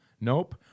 Nope